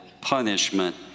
punishment